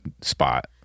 spot